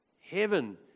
Heaven